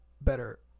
better